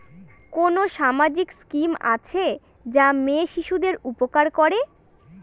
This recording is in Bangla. কোন সামাজিক স্কিম আছে যা মেয়ে শিশুদের উপকার করে?